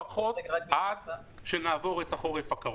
לפחות עד שנעבור את החורף הקרוב,